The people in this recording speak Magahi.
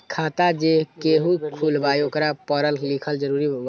खाता जे केहु खुलवाई ओकरा परल लिखल जरूरी वा?